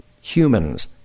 Humans